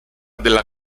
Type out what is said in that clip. della